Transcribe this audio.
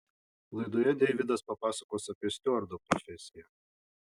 laidoje deividas papasakos apie stiuardo profesiją